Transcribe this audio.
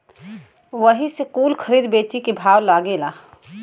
वही से कुल खरीद बेची के भाव लागेला